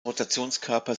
rotationskörper